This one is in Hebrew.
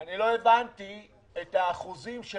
אני לא הבנתי את האחוזים של